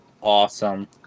awesome